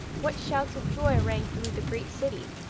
what shouts of joy rang through the great city,